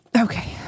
Okay